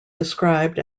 described